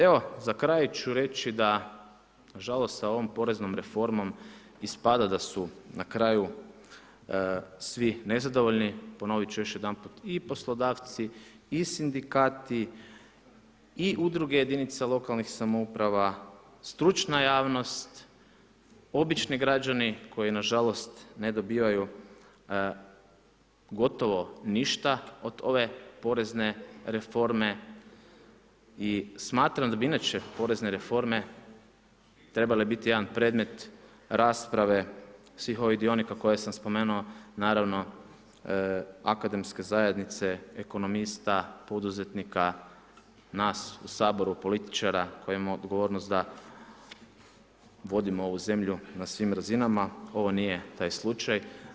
Evo za kraj ću reći da, nažalost sa ovom poreznom reformom ispada da su na kraju svi nezadovoljni, ponoviti ću još jedanput i poslodavci i sindikati i udruge jedinica lokalnih samouprava, stručna javnost, obični građani koji nažalost ne dobivaju gotovo ništa od ove porezne reforme i smatram da bi inače porezne reforme trebale biti jedan predmet rasprave svih ovih dionika koje sam spomenuo, naravno akademske zajednice, ekonomista, poduzetnika, nas u Saboru političara koji imamo odgovornost da vodimo ovu zemlju na svim razinama, ovo nije taj slučaj.